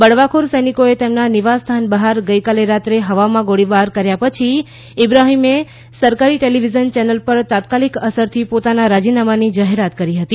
બળવાખોર સૈનિકોએ તેમના નિવાસ સ્થાન બહાર ગઇકાલે રાત્રે હવામાં ગોળીબાર કર્યા પછી ઇબ્રાહીમે સરકારી ટેલીવીઝન ચેનલ પર તાત્કાલિક અસરથી પોતાના રાજીનામાની જાહેરાત કરી હતી